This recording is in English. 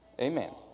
Amen